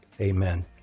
amen